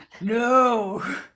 No